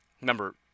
Remember